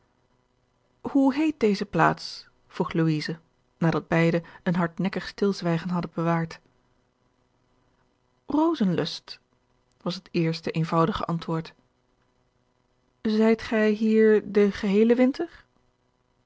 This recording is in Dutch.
hoe heet deze plaats vroeg louise nadat beide een hardnekkig stilzwijgen hadden bewaard rozenlust was het eerste eenvoudige antwoord zijt gij hier den geheelen winter